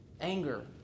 Anger